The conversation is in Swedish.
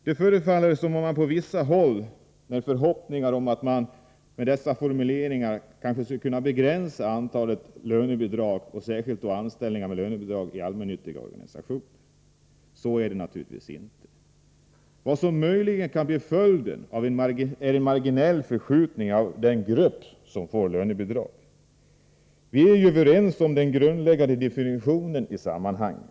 Det förefaller som om man på vissa håll när förhoppningar om att man med dessa formuleringar kanske skulle kunna begränsa antalet lönebidrag och särskilt då anställningar med lönebidrag i allmännyttiga organisationer. Så är det naturligtvis inte. Vad som möjligen kan bli följden är en marginell förskjutning av den grupp som får lönebidrag. Vi är ju överens om den grundläggande definitionen i sammanhanget.